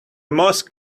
most